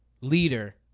leader